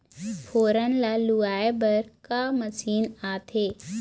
फोरन ला लुआय बर का मशीन आथे?